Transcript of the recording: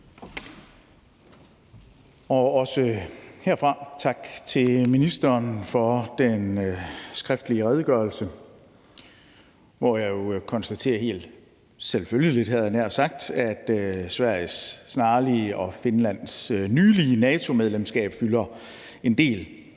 Også herfra tak til ministeren for den skriftlige redegørelse, hvor jeg jo konstaterer helt selvfølgeligt, havde jeg nær sagt, at Sveriges snarlige og Finlands nylige NATO-medlemskab fylder en del.